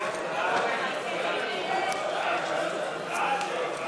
54, רשויות פיקוח,